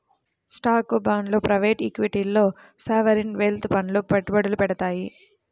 స్టాక్లు, బాండ్లు ప్రైవేట్ ఈక్విటీల్లో సావరీన్ వెల్త్ ఫండ్లు పెట్టుబడులు పెడతాయి